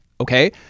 Okay